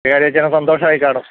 വികാരി അച്ഛന് സന്തോഷമായിക്കാണും